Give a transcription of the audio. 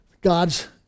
God's